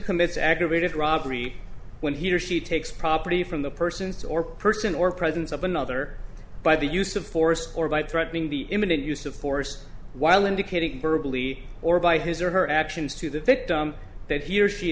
commits aggravated robbery when he or she takes property from the persons or person or presence of another by the use of force or by threatening the imminent use of force while indicating or by his or her actions to the victim that he or she